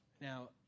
Now